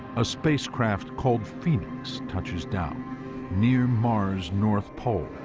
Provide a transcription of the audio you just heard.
a spacecraft called phoenix touches down near mars' north pole.